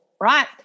right